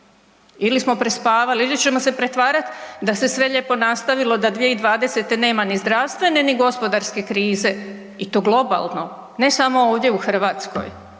Ili smo prespavali ili ćemo se pretvarati da se sve lijepo nastavilo da 2020. nema ni zdravstvene, ni gospodarske krize i to globalno ne samo ovdje u Hrvatskoj.